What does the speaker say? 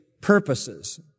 purposes